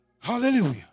hallelujah